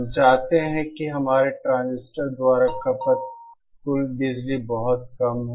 हम चाहते हैं कि हमारे ट्रांजिस्टर द्वारा खपत कुल बिजली बहुत कम हो